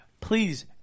please